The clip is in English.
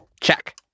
Check